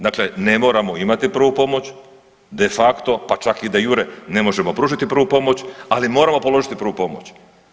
Dakle, ne moramo imati prvu pomoć, de facto pa čak i de iure ne možemo pružiti prvu pomoć, ali moramo položiti prvu pomoć.